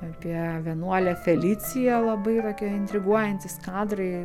apie vienuolę felicija labai tokie intriguojantys kadrai